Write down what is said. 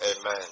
Amen